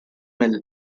mill